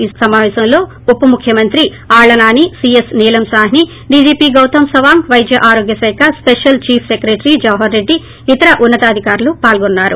ఈ సమాపేశంలో ఉప ముఖ్యమంత్రి ఆళ్ల నాని సీఎస్ నీలం సాహ్ని డిజీపీ గౌతం సవాంగ్ వైద్య ఆరోగ్యశాఖ special chief secretary Jawahar Reddy ఇతర ఉన్న తాధికారులు పాల్గొన్నారు